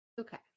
okay